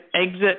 exit